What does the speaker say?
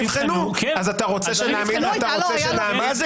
נכון, אז אתה רוצה שנטען- ----- מה זה